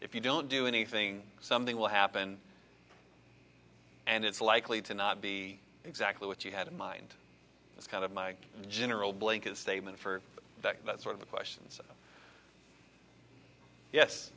if you don't do anything something will happen and it's likely to not be exactly what you had in mind it's kind of my general blanket statement for that that sort of questions yes